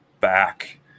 back